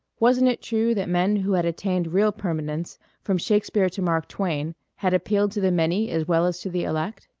wasn't it true that men who had attained real permanence from shakespeare to mark twain had appealed to the many as well as to the elect?